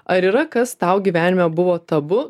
ar yra kas tau gyvenime buvo tabu